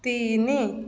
ତିନି